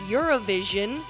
Eurovision